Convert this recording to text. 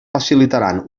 facilitaran